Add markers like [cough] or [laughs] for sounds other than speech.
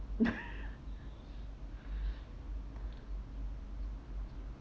[laughs] [breath]